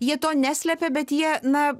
jie to neslepia bet jie na